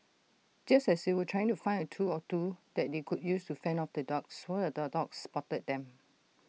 just as they were trying to find A tool or two that they could use to fend off the dogs one of the dogs spotted them